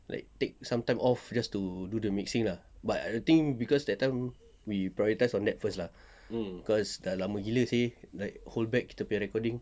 like take some time off just to do the mixing lah but I think cause that time we prioritise on that first lah cause dah lama gila seh like hold back kita punya recording